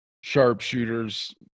sharpshooters